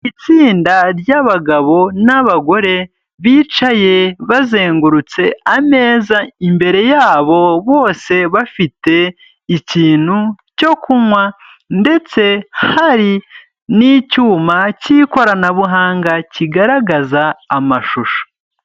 Itsinda ry'abagabo n'abagore, bicaye bazengurutse ameza, imbere yabo bose bafite ikintu cyo kunywa, ndetse hari n'icyuma cy'ikoranabuhanga kigaragaza amashusho.